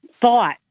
thought